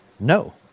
no